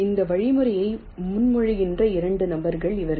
இந்த வழிமுறையை முன்மொழிகின்ற 2 நபர்கள் இவர்கள்